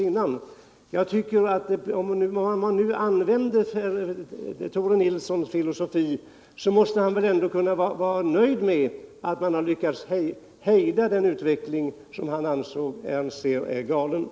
Oavsett om man ansluter sig till Tore Nilssons filosofi eller inte måste man väl vara nöjd med att den utveckling han fruktat har kunnat hejdas.